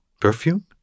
Perfume